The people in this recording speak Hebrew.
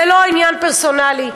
זה לא עניין פרסונלי,